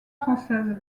française